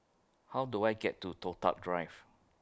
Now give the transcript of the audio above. How Do I get to Toh Tuck Drive